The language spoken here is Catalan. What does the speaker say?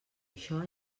això